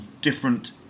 different